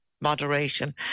moderation